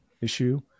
issue